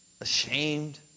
ashamed